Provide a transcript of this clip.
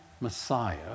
Messiah